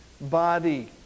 body